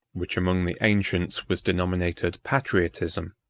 which among the ancients was denominated patriotism,